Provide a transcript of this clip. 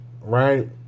right